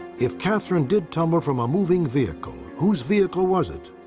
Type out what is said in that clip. if katherine did tumble from a moving vehicle, whose vehicle was it?